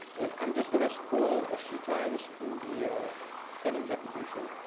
and i'm just going to scroll a few times in the ah settings applications,